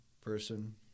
person